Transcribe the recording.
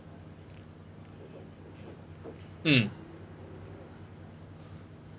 mm